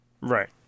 Right